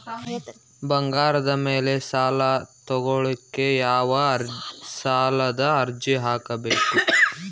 ಬಂಗಾರದ ಮ್ಯಾಲೆ ಸಾಲಾ ತಗೋಳಿಕ್ಕೆ ಯಾವ ಸಾಲದ ಅರ್ಜಿ ಹಾಕ್ಬೇಕು?